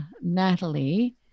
Natalie